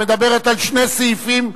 המדברת על שתי פסקאות,